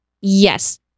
Yes